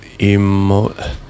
emo